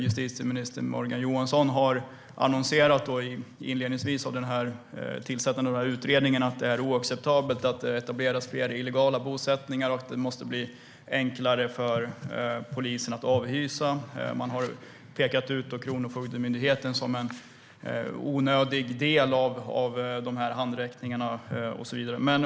Justitieminister Morgan Johansson har ju annonserat, i samband med tillsättandet av utredningen, att det är oacceptabelt att det etableras fler illegala bosättningar och att det måste bli enklare för polisen att avhysa. Man har pekat ut Kronofogdemyndigheten som en onödig del i handräckningarna och så vidare.